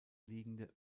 liegende